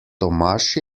tomaž